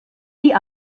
die